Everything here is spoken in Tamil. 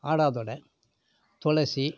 ஆடாதொடை துளசி